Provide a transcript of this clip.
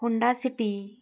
Honda city